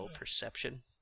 perception